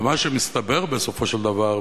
ומה שמסתבר בסופו של דבר,